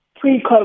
pre-COVID